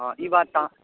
हँ ई बात तऽ अहाँ